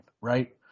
right